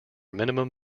minimum